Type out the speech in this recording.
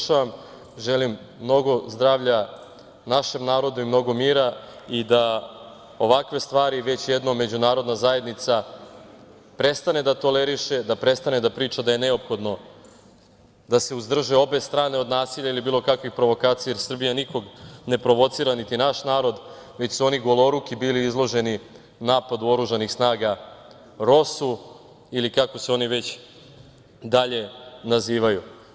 Želim mnogo zdravlja našem narodu i mnogo mira i da ovakve stvari već jednom međunarodna zajednica prestane da toleriše, da prestane da priča da je neophodno da se uzdrže obe strane od nasilja ili bilo kakvih provokacija, jer Srbija nikoga ne provocira niti naš narod, već su oni goloruki bili izloženi napadu oružanih snaga ROSU ili kako se oni već dalje nazivaju.